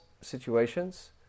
situations